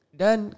dan